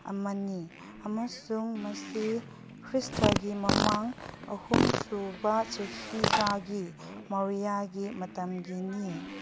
ꯑꯃꯅꯤ ꯑꯃꯁꯨꯡ ꯃꯁꯤ ꯈ꯭ꯔꯤꯁꯇꯒꯤ ꯃꯃꯥꯡ ꯑꯍꯨꯝꯁꯨꯕ ꯆꯍꯤꯆꯥꯒꯤ ꯃꯧꯔꯤꯌꯥ ꯃꯇꯝꯒꯤꯅꯤ